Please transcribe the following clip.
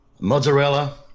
mozzarella